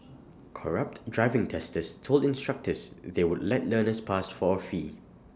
corrupt driving testers told instructors they would let learners pass for A fee